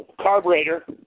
carburetor